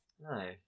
no